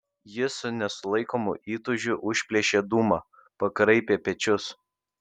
jis su nesulaikomu įtūžiu užplėšė dūmą pakraipė pečius